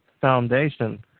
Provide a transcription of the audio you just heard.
foundation